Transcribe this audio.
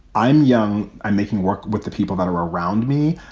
i'm young. i'm making work with the people that are around me.